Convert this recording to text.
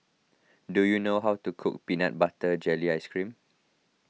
do you know how to cook Peanut Butter Jelly Ice Cream